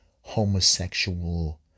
homosexual